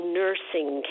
nursing